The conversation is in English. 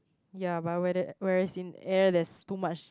ya but where there whereas in air there's too much